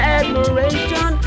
admiration